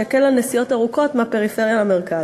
שהקל את הנסיעות הארוכות מהפריפריה למרכז.